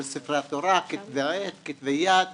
כל ספרי התורה, כתבי יד